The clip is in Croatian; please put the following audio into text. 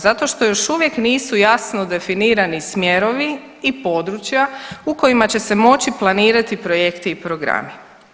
Zato što još uvijek nisu jasno definirani smjerovi i područja u kojima će se moći planirati projekti i programi.